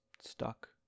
stuck